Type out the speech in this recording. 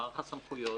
מערך הסמכויות.